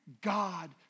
God